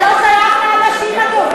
אתה לא שייך לאנשים הטובים,